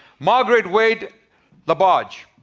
margaret wade labarge.